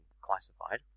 classified